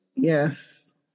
Yes